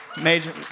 Major